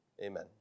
amen